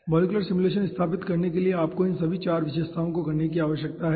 molecular simulation स्थापित करने के लिए आपको इन सभी 4 विशेषताओं को करने की आवश्यकता है